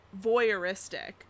voyeuristic